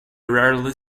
rarely